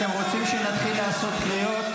אתם רוצים שנתחיל לעשות קריאות?